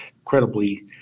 incredibly